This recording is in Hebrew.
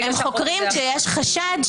הם חוקרים כשיש חשד,